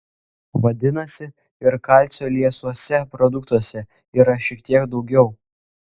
vadinasi ir kalcio liesuose produktuose yra šiek tiek daugiau